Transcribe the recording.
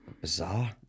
bizarre